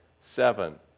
seven